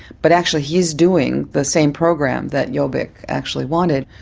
but actually he is doing the same program that jobbik actually wanted,